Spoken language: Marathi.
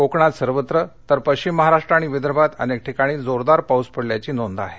कोकणात सर्वत्र तर पश्चिम महाराष्ट्र आणि विदर्भात अनेक ठिकाणी जोरदार पाऊस पडल्याची नोंद आहे